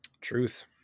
Truth